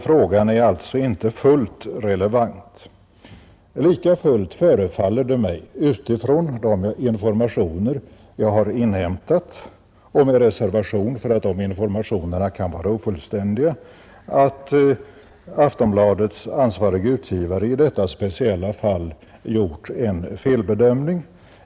Frågan är alltså inte fullt relevant. Likafullt förefaller det mig — utifrån de informationer jag har inhämtat och med reservation för att dessa informationer kan vara ofullständiga — som om Aftonbladets ansvarige utgivare i detta speciella fall gjort en felbedömning.